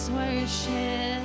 worship